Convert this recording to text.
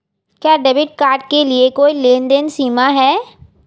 क्या debit card के लिए कोई लेनदेन सीमा है?